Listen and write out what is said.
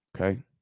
okay